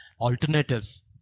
alternatives